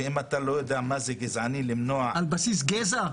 ואם אתה לא יודע מה זה גזעני --- על בסיס גזע?